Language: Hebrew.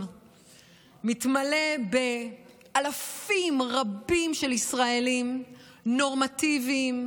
מתמלא באלפים רבים של ישראלים נורמטיביים,